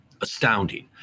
astounding